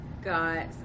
Got